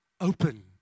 Open